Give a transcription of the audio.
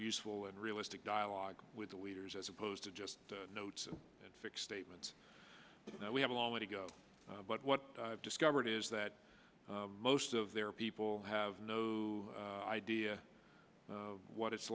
useful and realistic dialogue with the leaders as opposed to just notes and fix statements that we have a long way to go but what i've discovered is that most of their people have no idea what it's